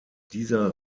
dieser